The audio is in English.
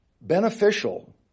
beneficial